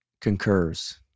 concurs